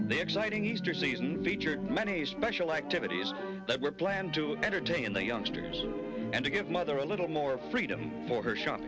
the exciting easter season featured many special activities that were planned to entertain the youngsters and to give mother a little more freedom for her shop